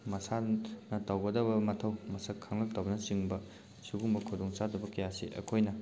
ꯃꯁꯥꯅ ꯇꯧꯒꯗꯕ ꯃꯊꯧ ꯃꯁꯛ ꯈꯪꯉꯛꯇꯕꯅ ꯆꯤꯡꯕ ꯁꯤꯒꯨꯝꯕ ꯈꯨꯗꯣꯡ ꯆꯥꯗꯕ ꯀꯌꯥꯁꯤ ꯑꯩꯈꯣꯏꯅ